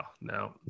no